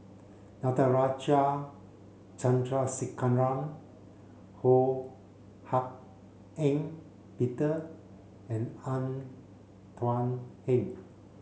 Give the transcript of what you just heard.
Natarajan Chandrasekaran Ho Hak Ean Peter and Tan Thuan Heng